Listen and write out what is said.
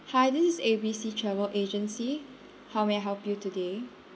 hi this is A_B_C travel agency how may I help you today